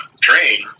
train